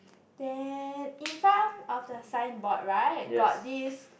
then in front of the signboard right got this